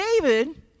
David